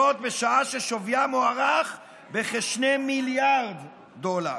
בשעה ששווייה מוערך בכ-2 מיליארד דולר.